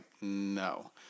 no